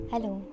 Hello